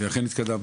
ואכן התקדמנו,